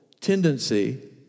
tendency